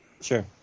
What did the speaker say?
Sure